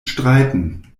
streiten